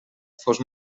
fos